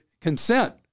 consent